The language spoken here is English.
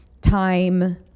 time